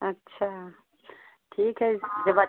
अच्छा ठीक है जब अच्छा